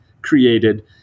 created